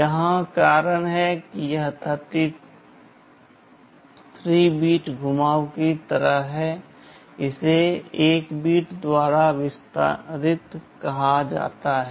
यही कारण है कि यह 33 बिट घुमाव की तरह है इसे 1 बिट द्वारा विस्तारित कहा जाता है